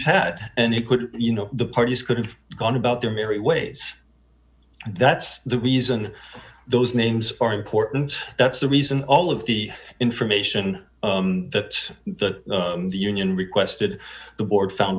fat and it could you know the parties could have gone about their merry ways that's the reason those names are important that's the reason all of the information that the union requested the board found